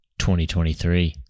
2023